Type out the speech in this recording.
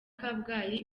kabgayi